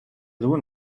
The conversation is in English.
blue